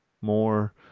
more